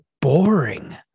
boring